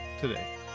today